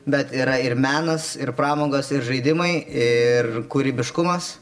bet yra ir menas ir pramogos ir žaidimai ir kūrybiškumas